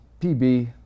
PB